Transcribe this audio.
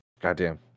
Goddamn